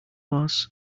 moss